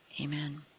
amen